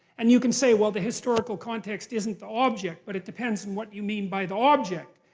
and you can say, well, the historical context isn't the object, but it depends on what you mean by the object.